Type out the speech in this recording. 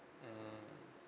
mmhmm